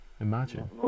Imagine